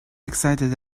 excited